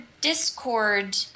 Discord